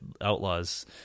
outlaws